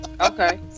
Okay